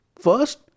first